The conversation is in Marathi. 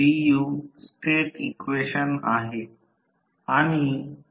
आता उदाहरण 11 ट्रान्सफॉर्मर ची एकल पॉवर फॅक्टर 15 KVA येथे 0